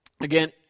again